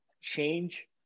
change